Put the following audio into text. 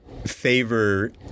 favor